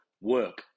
work